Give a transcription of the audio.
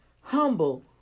humble